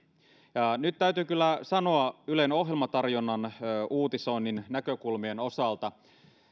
ja kulttuuria nyt täytyy kyllä sanoa ylen ohjelmatarjonnan uutisoinnin näkökulmien osalta